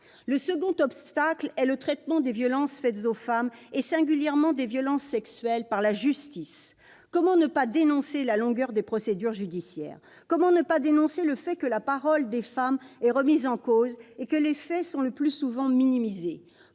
Le second obstacle est le traitement que la justice réserve aux violences faites aux femmes, et singulièrement aux violences sexuelles. Comment ne pas dénoncer la longueur des procédures judiciaires ? Comment ne pas s'indigner que la parole des femmes soit remise en cause et que les faits soient le plus souvent minimisés ?